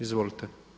Izvolite.